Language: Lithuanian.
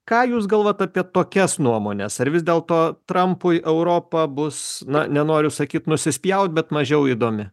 ką jūs galvojat apie tokias nuomones ar vis dėlto trampui europa bus na nenoriu sakyt nusispjaut bet mažiau įdomi